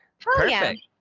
perfect